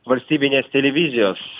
valstybinės televizijos